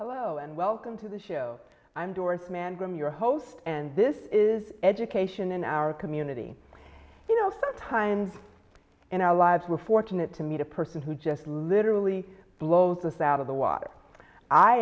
hello and welcome to the show i'm doris mann graeme your host and this is education in our community you know sometimes in our lives we're fortunate to meet a person who just literally blows us out of the water i